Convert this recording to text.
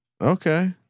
Okay